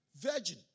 virgin